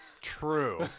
True